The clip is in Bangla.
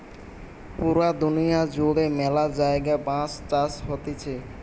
পুরা দুনিয়া জুড়ে ম্যালা জায়গায় বাঁশ চাষ হতিছে